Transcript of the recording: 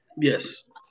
Yes